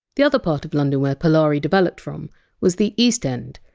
the other part of london where polari developed from was the east end,